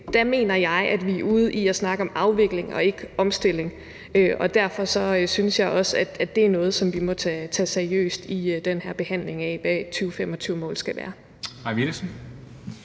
Der mener jeg, at vi er ude i at snakke om afvikling og ikke omstilling. Og derfor synes jeg også, at det er noget, som vi må tage seriøst i den her behandling af, hvad et 2025-mål skal være.